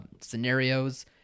scenarios